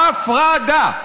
הפרדה.